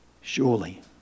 Surely